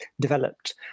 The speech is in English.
developed